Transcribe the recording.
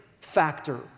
factor